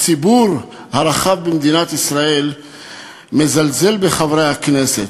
הציבור הרחב במדינת ישראל מזלזל בחברי הכנסת.